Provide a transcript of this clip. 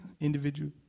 individual